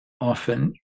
often